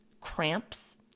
cramps